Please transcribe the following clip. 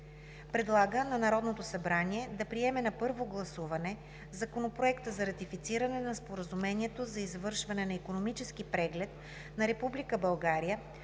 Предлага на Народното събрание да приеме на първо гласуване Законопроект за ратифициране на Споразумението за извършване на Икономически преглед на